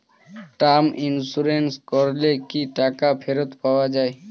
Term insurance করলে কি টাকা ফেরত পাওয়া যায়?